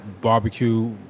barbecue